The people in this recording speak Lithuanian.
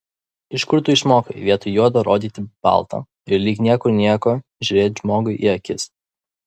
iš kur tu išmokai vietoj juodo rodyti balta ir lyg niekur nieko žiūrėti žmogui į akis